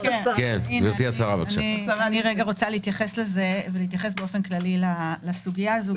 אני רוצה להתייחס באופן כללי לסוגיה הזאת.